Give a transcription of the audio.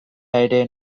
ere